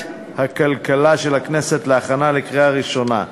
הכלכלה של הכנסת להכנה לקריאה ראשונה.